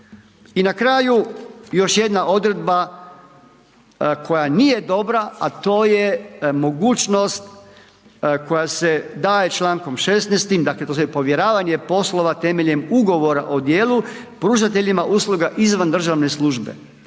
I na kraju, još jedna odredba koja nije dobra a to je mogućnost koja se daje člankom 16.-tim dakle to je povjeravanje poslova temeljem ugovora o djelu pružateljima usluga izvan državne službe.